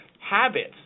Habits